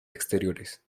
exteriores